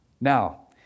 Now